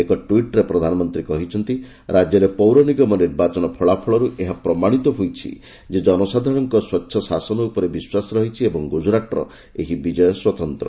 ଏକ ଟ୍ୱିଟ୍ରେ ପ୍ରଧାନମନ୍ତୀ କହିଛନ୍ତି ରାଜ୍ୟରେ ପୌର ନିଗମ ନିର୍ବାଚନ ଫଳାଫଳର୍ ଏହା ପ୍ରମାଣିତ ହୋଇଛି ଯେ ଜନସାଧାରଣଙ୍କର ସ୍ୱଚ୍ଛ ଶାସନ ଉପରେ ବିଶ୍ୱାସ ରହିଛି ଏବଂ ଗୁକୁରାଟ୍ର ଏହି ବିଜୟ ସ୍ୱତନ୍ତ୍ର